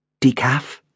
Decaf